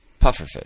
Pufferfish